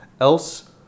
else